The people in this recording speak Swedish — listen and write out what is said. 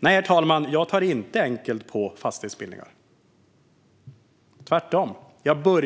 Nej, herr talman, jag tar inte lätt på fastighetsbildningar - tvärtom.